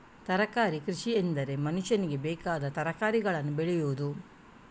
ತರಕಾರಿ ಕೃಷಿಎಂದರೆ ಮನುಷ್ಯನಿಗೆ ಬೇಕಾದ ತರಕಾರಿಗಳನ್ನು ಬೆಳೆಯುವುದು